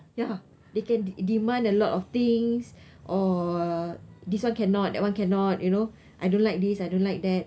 ya they can de~ demand a lot of things or this one cannot that one cannot you know I don't like this I don't like that